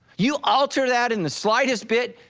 you alter that in the slightest bit,